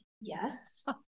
yes